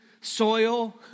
soil